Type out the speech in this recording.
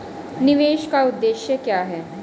निवेश का उद्देश्य क्या है?